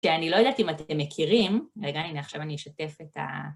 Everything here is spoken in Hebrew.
שאני לא יודעת אם אתם מכירים, רגע הנה עכשיו אני אשתף את ה...